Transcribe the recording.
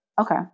Okay